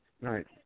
right